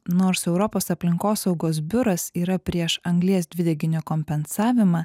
nors europos aplinkosaugos biuras yra prieš anglies dvideginio kompensavimą